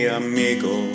amigo